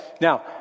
Now